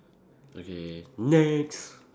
okay next